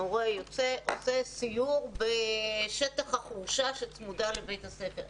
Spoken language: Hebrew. מורה יוצא עושה סיור בשטח החורשה שצמודה לבית הספר.